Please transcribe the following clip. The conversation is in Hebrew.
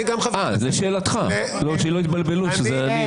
אה, זו שאלתך, שלא יתבלבלו שזה אני בטעות.